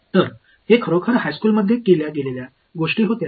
तर हे खरोखर हायस्कूलमध्ये केल्या गेलेल्या गोष्टी होत्या